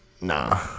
Nah